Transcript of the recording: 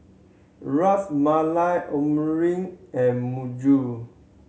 Ras Malai and